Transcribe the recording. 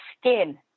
skin